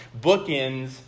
bookends